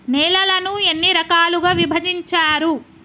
నేలలను ఎన్ని రకాలుగా విభజించారు?